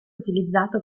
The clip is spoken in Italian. utilizzato